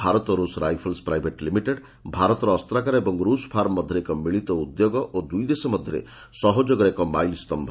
ଭାରତ ରୁଷ rifles private limited ଭାରତର ଅସ୍ତାଗାର ଓ ରୁଷ ଫାର୍ମ ମଧ୍ୟରେ ଏକ ମିଳିତ ଉଦ୍ୟୋଗ ଓ ଦୁଇଦେଶ ମଧ୍ୟରେ ସହଯୋଗର ଏକ ମାଇଲସ୍ତମ୍ଭ